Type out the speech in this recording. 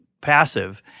passive